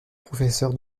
professeur